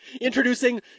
Introducing